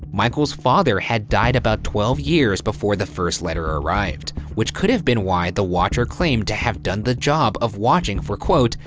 michael's father had died about twelve years before the first letter arrived, which could've been why the watcher claimed to have done the job of watching for, quote,